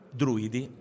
druidi